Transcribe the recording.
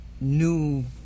new